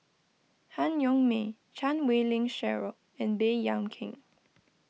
Han Yong May Chan Wei Ling Cheryl and Baey Yam Keng